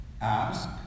ask